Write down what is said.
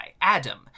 adam